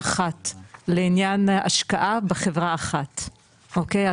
אחת לעניין השקעה בחברה אחת אוקיי?